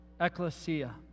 ecclesia